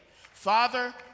Father